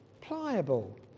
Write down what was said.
Pliable